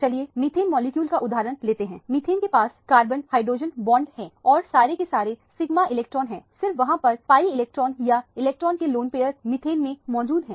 चलिए methane molecule का उदाहरण लेते हैं मिथेन के पास कार्बन हाइड्रोजन बॉन्ड है और सारे के सारे सिग्मा इलेक्ट्रॉन है सिर्फ वहां पर pi इलेक्ट्रॉन या इलेक्ट्रॉन के लोन पेयर मिथेन में मौजूद हैं